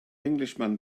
englishman